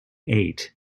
eight